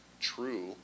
true